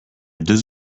deux